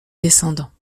descendants